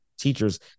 teachers